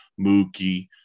Mookie